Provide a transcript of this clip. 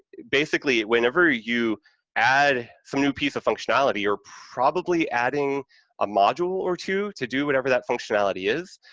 basically, whenever you add some new piece of functionality, you're probably adding a module or two to do whatever that functionality is,